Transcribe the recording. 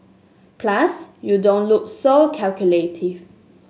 plus you don't look so calculative